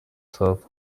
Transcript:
safi